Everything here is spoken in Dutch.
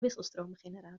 wisselstroomgenerator